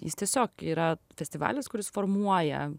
jis tiesiog yra festivalis kuris formuoja